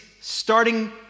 starting